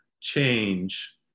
change